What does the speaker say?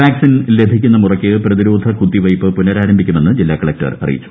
vaccine ലഭിക്കുന്ന മുറയ്ക്ക് പ്രതിരോധ കുത്തിവയ്പ്പ് പുനരാരംഭിക്കുമെന്ന് ജില്ലാ കളക്ടർ അറിയിച്ചു